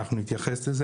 ואנחנו נתייחס לזה.